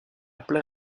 plein